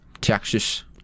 Texas